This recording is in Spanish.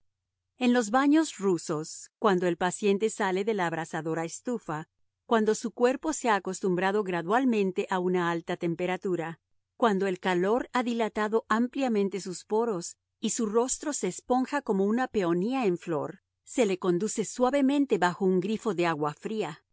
en los baños rusos cuando el paciente sale de la abrasadora estufa cuando su cuerpo se ha acostumbrado gradualmente a un alta temperatura cuando el calor ha dilatado ampliamente sus poros y su rostro se esponja como una peonía en flor se le conduce suavemente bajo un grifo de agua fría